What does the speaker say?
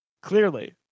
clearly